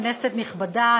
כנסת נכבדה,